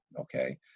okay